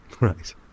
Right